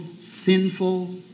sinful